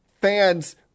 fans